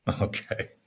Okay